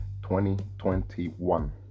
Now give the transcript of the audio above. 2021